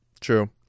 True